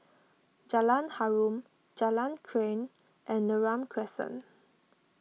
Jalan Harum Jalan Krian and Neram Crescent